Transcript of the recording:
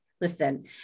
listen